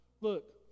Look